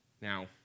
Now